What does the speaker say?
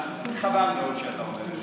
אז חבל מאוד שאתה אומר את זה,